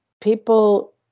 people